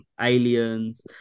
Aliens